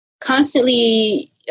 constantly